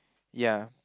ya